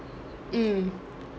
mm